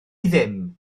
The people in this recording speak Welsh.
ddim